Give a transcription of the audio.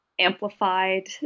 amplified